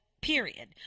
Period